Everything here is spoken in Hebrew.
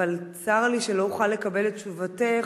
אבל צר לי שלא אוכל לקבל את תשובתך